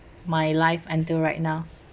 my life until right now